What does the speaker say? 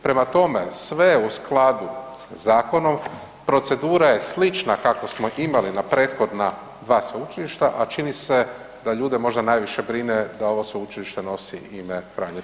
Prema tome, sve u skladu sa zakonom, procedura je slična kakvu smo imali na prethodna dva sveučilišta, a čini se da ljude možda najviše brine da ovo sveučilište nosi ime Franje Tuđmana.